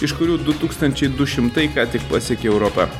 iš kurių du tūkstančiai du šimtai ką tik pasiekė europą